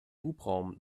hubraum